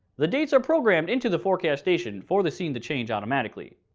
the dates are programmed into the forecast station for the scene to change automatically.